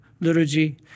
liturgy